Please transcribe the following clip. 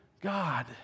God